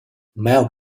mel